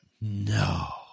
No